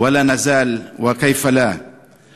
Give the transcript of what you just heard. והתפללנו וביקשנו עליך סליחות ורחמים.